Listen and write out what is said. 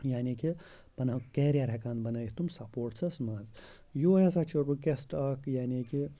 یعنی کہِ بَناو کیریَر ہیٚکہٕ ہَن بَنٲوِتھ تِم سپوٹسَس منٛز یۄہَے ہَسا چھُ رُکیسٹہٕ اَکھ یعنی کہِ